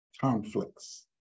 conflicts